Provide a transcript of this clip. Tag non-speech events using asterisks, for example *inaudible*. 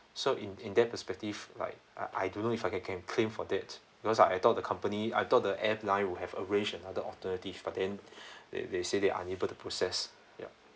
so in in that perspective like I I don't know if I can claim for that because like I thought the company I thought the airline will have arrange another alternative but then *breath* they they say they unable to process yup